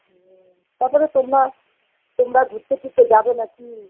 হুম তার পরে তোমরা তোমরা ঘুরতে টুরতে যাবে না কি